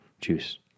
juice